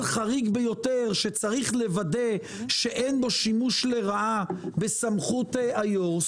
חריג ביותר שצריך לוודא שאין בו שימוש לרעה בסמכות היושב ראש,